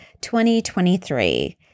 2023